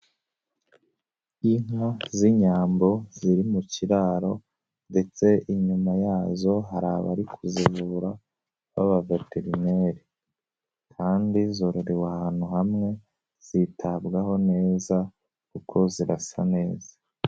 Inka z'Inyambo ziri mu kiraro ndetse inyuma yazo hari abari kuzivura b'abaveterineri kandi zororewe ahantu hamwe, zitabwaho neza kuko zirasa neza.